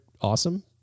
awesome